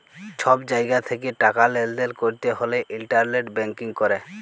ছব জায়গা থ্যাকে টাকা লেলদেল ক্যরতে হ্যলে ইলটারলেট ব্যাংকিং ক্যরে